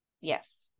yes